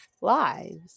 lives